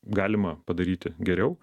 galima padaryti geriau